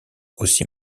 aussi